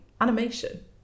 animation